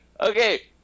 Okay